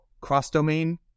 cross-domain